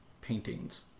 paintings